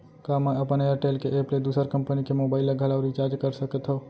का मैं अपन एयरटेल के एप ले दूसर कंपनी के मोबाइल ला घलव रिचार्ज कर सकत हव?